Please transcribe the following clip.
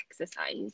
exercise